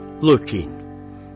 Looking